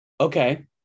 Okay